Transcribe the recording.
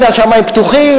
הנה השמים פתוחים,